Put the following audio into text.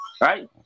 Right